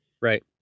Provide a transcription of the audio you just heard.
Right